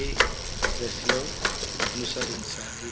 ఏ దశలు అనుసరించాలి